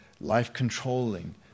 life-controlling